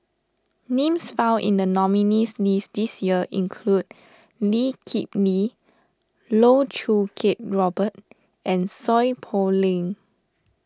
names found in the nominees' list this year include Lee Kip Lee Loh Choo Kiat Robert and Seow Poh Leng